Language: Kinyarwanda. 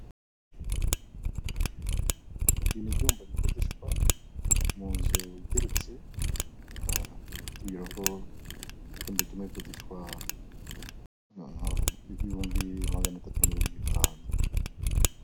Ibi ni ibyumba bikodeshwa mu nzu igeretse gagatu, aho icyumba kimwe gikodeshwa ibihumbi magana atatu mirongo itanu.